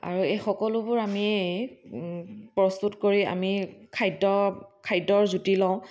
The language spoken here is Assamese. আৰু এই সকলোবোৰ আমি প্ৰস্তুত কৰি আমি খাদ্য খাদ্যৰ জুতি লওঁ